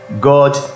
God